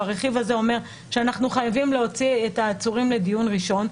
והרכיב הזה אומר שאנחנו חייבים להוציא את העצורים לדיון ראשון.